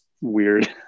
weird